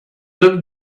lived